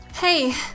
Hey